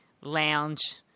lounge